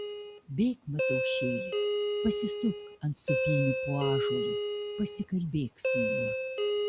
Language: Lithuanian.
bėk mataušėli pasisupk ant sūpynių po ąžuolu pasikalbėk su juo